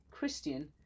christian